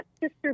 sister